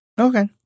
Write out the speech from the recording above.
okay